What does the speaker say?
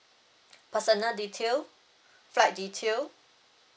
personal detail flight detail